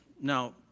Now